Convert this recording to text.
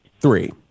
Three